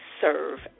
serve